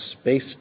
space